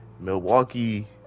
Milwaukee